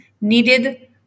needed